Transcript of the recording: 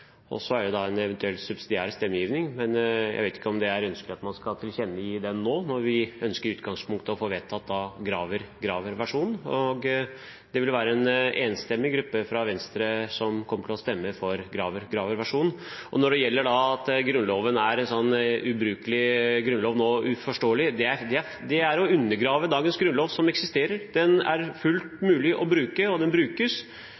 er det en eventuell subsidiær stemmegivning, men jeg vet ikke om det er ønskelig at man skal tilkjennegi den nå når vi i utgangspunktet ønsker å få vedtatt Graver–Graver-versjonen. Det vil være en enstemmig gruppe fra Venstre som kommer til å stemme for Graver–Graver-versjonen. Når det gjelder at Grunnloven er en ubrukelig og uforståelig grunnlov nå: Det er å undergrave dagens eksisterende grunnlov. Den er fullt mulig å bruke, og den brukes. Den er vanskelig å lese, men den er